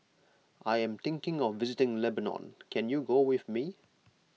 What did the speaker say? I am thinking of visiting Lebanon can you go with me